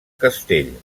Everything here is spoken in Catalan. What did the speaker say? castell